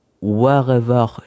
wherever